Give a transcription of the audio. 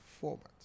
format